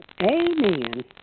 Amen